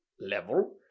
level